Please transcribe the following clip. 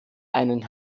einen